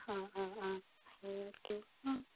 অঁ অঁ অঁ সেইটো অঁ